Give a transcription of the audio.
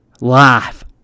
Laugh